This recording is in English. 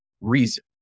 reason